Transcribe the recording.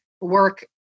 work